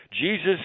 Jesus